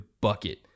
bucket